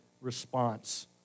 response